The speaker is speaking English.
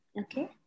Okay